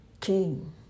king